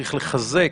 צריך לחזק,